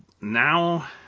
now